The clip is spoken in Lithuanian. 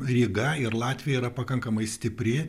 ryga ir latvija yra pakankamai stipri